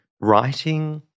writing